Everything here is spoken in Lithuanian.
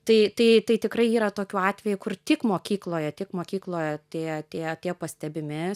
tai tai tai tikrai yra tokių atvejų kur tik mokykloje tik mokykloje tie tie tie pastebimi